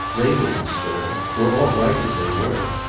they wouldn't stir were all right as they were.